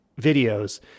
videos